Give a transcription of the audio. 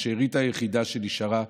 השארית היחידה שנשארה,